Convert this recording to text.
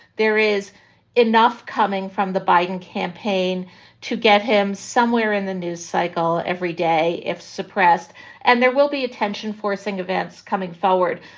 there is enough coming from the biden campaign to get him somewhere in the news cycle every day if suppressed and there will be attention forcing events coming forward,